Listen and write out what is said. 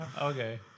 Okay